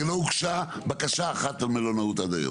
לא הוגשה בקשה אחת למלונאות עד היום.